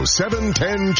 710